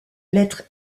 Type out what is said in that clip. lettre